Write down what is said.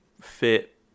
fit